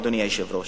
אדוני היושב-ראש,